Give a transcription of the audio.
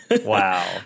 wow